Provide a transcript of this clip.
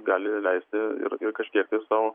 gali leisti ir ir kažkiek tai sau